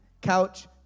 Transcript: Couch